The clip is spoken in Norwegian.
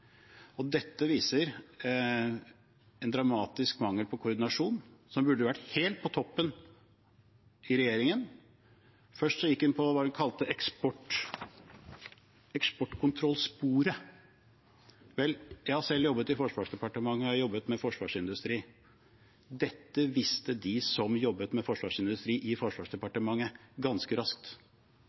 Dette viser en dramatisk mangel på koordinasjon som burde vært helt på toppen i regjeringen. Først gikk en – hva var det man kalte det – eksportkontrollsporet. Vel, jeg har selv jobbet i Forsvarsdepartementet, og jeg har jobbet med forsvarsindustri. Dette visste de som jobber med forsvarsindustri i Forsvarsdepartementet, ganske raskt.